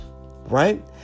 right